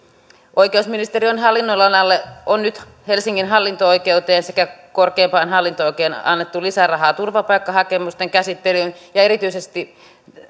oikeusministeriön hallinnonalalle on nyt helsingin hallinto oikeuteen sekä korkeimpaan hallinto oikeuteen annettu lisärahaa turvapaikkahakemusten käsittelyyn ja erityisesti